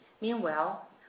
Meanwhile